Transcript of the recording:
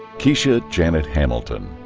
kiesha janet hamilton.